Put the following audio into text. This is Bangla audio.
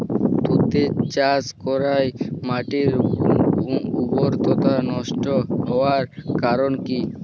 তুতে চাষ করাই মাটির উর্বরতা নষ্ট হওয়ার কারণ কি?